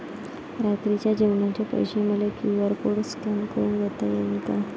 रात्रीच्या जेवणाचे पैसे मले क्यू.आर कोड स्कॅन करून देता येईन का?